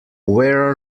where